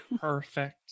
Perfect